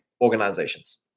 organizations